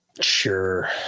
Sure